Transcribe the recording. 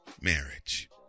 Marriage